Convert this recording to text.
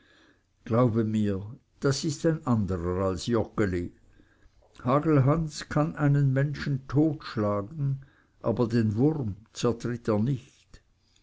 glaube mir das ist ein anderer als joggeli hagelhans kann einen menschen totschlagen aber den wurm zertritt er nicht